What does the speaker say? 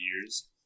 years